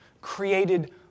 created